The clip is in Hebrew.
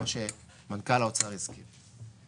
מה שמנכ"ל האוצר הסביר.